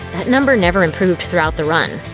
that number never improved throughout the run.